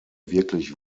wirklich